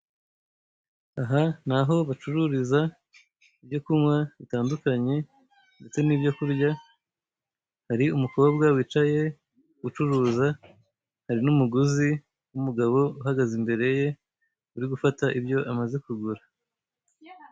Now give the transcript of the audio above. Aha ni aho bacururiza ibyo kunywa bitandukanye ndetse n'ibyokurya, hari umukobwa wicaye ucuruza, hari n'umuguzi w'umugabo uhagaze imbere ye uri gufata ibyo amaze kugura.